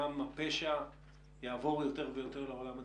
גם הפשע יעבור יותר ויותר לעולם הדיגיטלי.